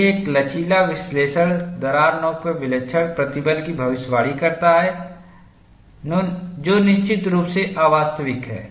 देखें एक लचीला विश्लेषण दरार नोक पर विलक्षण प्रतिबल की भविष्यवाणी करता है जो निश्चित रूप से अवास्तविक है